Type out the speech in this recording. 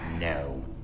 No